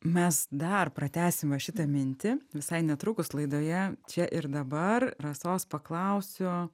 mes dar pratęsim va šitą mintį visai netrukus laidoje čia ir dabar rasos paklausiu